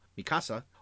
Mikasa